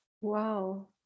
Wow